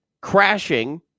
crashing